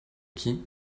qui